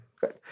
Good